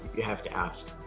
you have to ask.